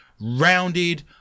rounded